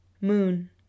Moon